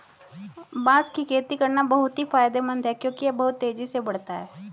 बांस की खेती करना बहुत ही फायदेमंद है क्योंकि यह बहुत तेजी से बढ़ता है